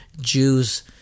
jews